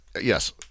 Yes